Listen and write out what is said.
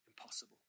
impossible